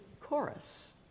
chorus